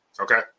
okay